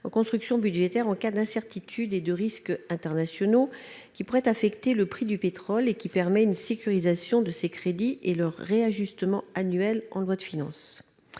en construction budgétaire en cas d'incertitudes et de risques internationaux pouvant affecter le prix du pétrole. Ce mécanisme permet une sécurisation de ces crédits et leur réajustement annuel en loi de finances.